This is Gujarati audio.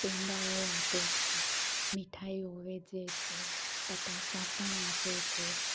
પેંડાઓ આપે છે મીઠાઈઓ વહેંચે છે પતાસા પણ આપે છે